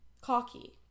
cocky